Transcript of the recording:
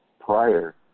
prior